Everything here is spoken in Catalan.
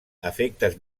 efectes